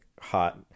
hot